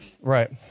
right